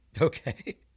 Okay